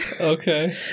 Okay